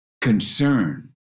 concern